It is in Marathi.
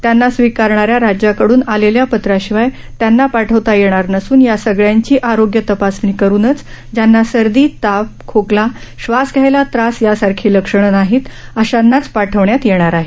त्यांना स्विकरणाऱ्या राज्याकडून आलेल्या पत्राशिवाय त्यांना पाठवता येणार नसून या सगळ्यांची आरोग्य तपासणी करुनच ज्यांना सर्दी ताप खोकला श्वास घ्यायला त्रास यासारखी लक्षणं नाहीत अशांनाच पाठवण्यात येणार आहे